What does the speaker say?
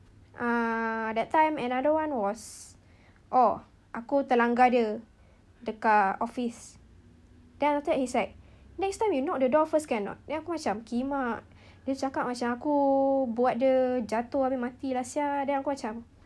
ah that time another one was oh aku terlanggar dia dekat office then after that he's like next time you knock the door first can or not then aku macam kimak dia cakap macam aku buat dia jatuh habis mati lah [sial] then aku macam